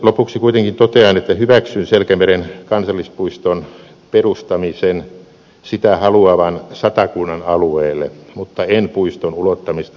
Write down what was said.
lopuksi kuitenkin totean että hyväksyn selkämeren kansallispuiston perustamisen sitä haluavan satakunnan alueelle mutta en puiston ulottamista vakka suomeen